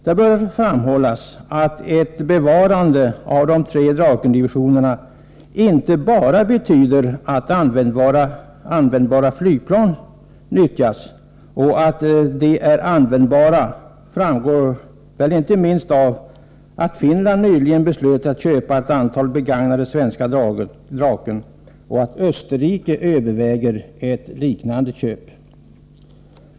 Det bör framhållas att ett bevarande av de tre Drakendivisionerna inte bara betyder att användbara flygplan nyttjas — och att de är användbara framgår väl inte minst av att Finland nyligen beslöt att köpa ett antal begagnade svenska Draken och att Österrike överväger ett liknande köp.